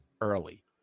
early